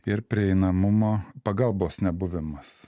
ir prieinamumo pagalbos nebuvimas